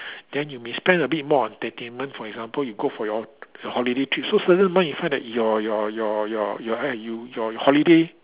then you may spend a bit more on entertainment for example you go for your your holiday trip so certain month you find that your your your your your your holiday